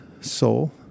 soul